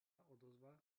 odozva